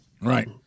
Right